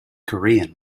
korean